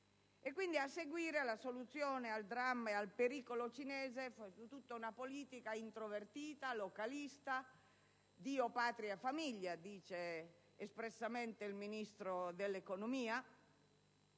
quindi, la soluzione al dramma e al pericolo cinese è stata tutta una politica introvertita e localista: «Dio, Patria e famiglia», dice espressamente il Ministro dell'economia.